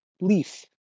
leaf